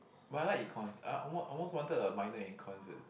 but I like Econs I almost almost wanted a minor in Econs